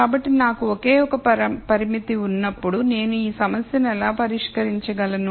కాబట్టి నాకు ఒకే ఒక పరిమితి ఉన్నప్పుడు నేను ఈ సమస్యను ఎలా పరిష్క రించగలను